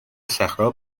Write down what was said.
صخرهها